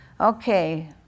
okay